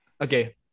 Okay